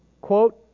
quote